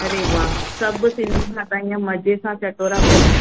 अरे वाह सभु सिंधी खाधा इअं मज़े सां चटोरापन